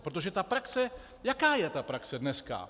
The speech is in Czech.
Protože ta praxe, jaká je ta praxe dneska?